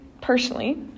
personally